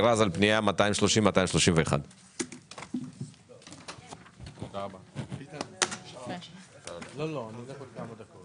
רז על פניות מס' 230 231. (הישיבה נפסקה בשעה